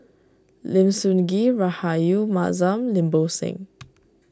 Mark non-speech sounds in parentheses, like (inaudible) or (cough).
Lim Sun Gee Rahayu Mahzam Lim Bo Seng (noise)